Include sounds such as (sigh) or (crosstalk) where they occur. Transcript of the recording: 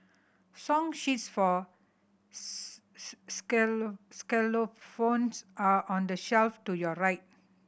song sheets for (unintelligible) are on the shelf to your right